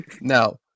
Now